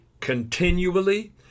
continually